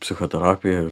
psichoterapija ir